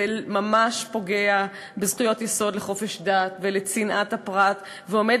זה ממש פוגע בזכויות יסוד לחופש דת ולצנעת הפרט ועומד